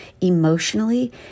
Emotionally